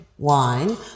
Wine